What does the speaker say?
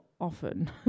often